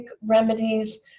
remedies